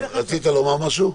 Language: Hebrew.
רצית לומר משהו?